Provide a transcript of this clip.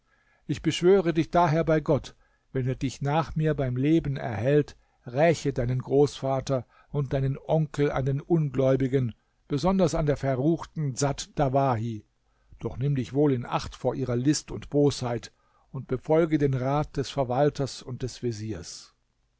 ich beschwöre dich daher bei gott wenn er dich nach mir beim leben erhält räche deinen großvater und deinen onkel an den ungläubigen besonders an der verruchten dsat dawahi doch nimm dich wohl in acht vor ihrer list und bosheit und befolge den rat des verwalters und des veziers